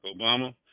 Obama